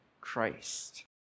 Christ